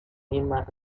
mismas